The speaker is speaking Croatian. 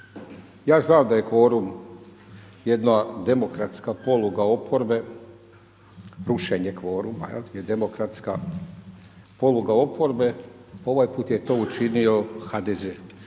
Ja znam da je kvorum jedna demokratska poluga oporbe rušenja kvoruma, ovaj put je to učinio HDZ.